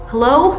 Hello